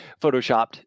photoshopped